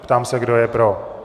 Ptám se, kdo je pro.